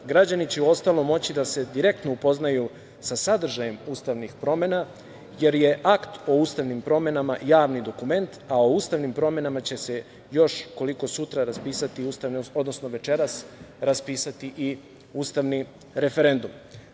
Građani će u ostalom moći da se direktno upoznaju sa sadržajem ustavnih promena, jer je akt o ustavnim promenama javni dokument, a o ustavnim promenama će se još koliko sutra raspisati, odnosno večeras, raspisati i ustavni referendum.